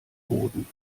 boden